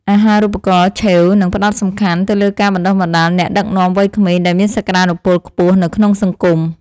អាហារូបករណ៍ឆេវនីងផ្តោតសំខាន់ទៅលើការបណ្តុះបណ្តាលអ្នកដឹកនាំវ័យក្មេងដែលមានសក្តានុពលខ្ពស់នៅក្នុងសង្គម។